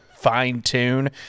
fine-tune